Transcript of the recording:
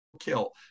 kill